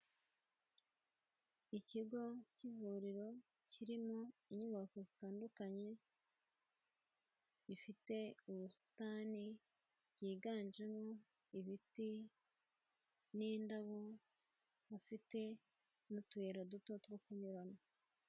Ikigo cy'ivuriro kirimo inyubako zitandukanye, gifite ubusitani bwiganjemo ibiti n'indabo, gifite n'utuyira duto two kunyuramo.